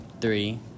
Three